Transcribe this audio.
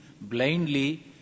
blindly